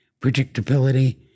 predictability